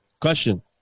question